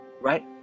right